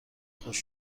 خوش